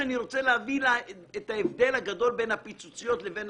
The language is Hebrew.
אני רוצה להסביר את ההבדל הגדול בין הפיצוציות לבין